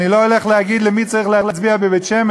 אני לא אלך להגיד למי צריך להצביע בבית-שמש,